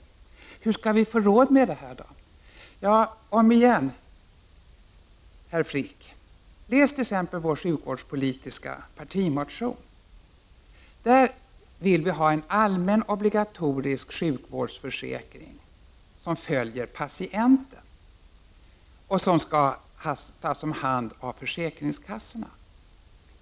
Hur skall vi få råd med det här då? På nytt, herr Frick: Läs t.ex. vår sjukvårdspolitiska partimotion! Där föreslår vi en allmän obligatorisk sjukvårdsförsäkring som följer patienten och som skall tas om hand av försäkringskassorna.